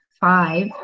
five